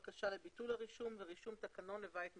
בקשה לביטול הרישום ורישום תקנון לבית המשותף.